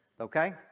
okay